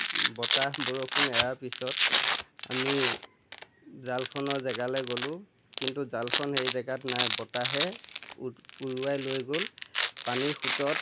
ল্বতাহ বৰষুণ এৰাৰ পিছত আমি আমি জালখনৰ জেগালৈ গ'লো কিন্তু জালখন সেই জেগাত নাই বতাহে উৰুৱাই লৈ গ'ল পানীৰ সুতত